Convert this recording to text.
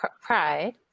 pride